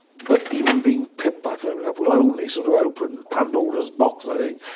but even being pipped by fermilab will only sort of open pandora's box, i think,